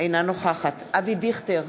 אינה נוכחת אבי דיכטר,